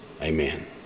amen